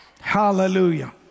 hallelujah